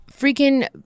Freaking